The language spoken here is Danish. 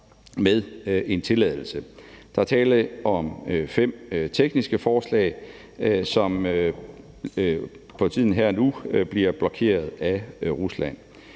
med en tilladelse. Der er tale om fem tekniske forslag, som her og nu bliver blokeret af Rusland.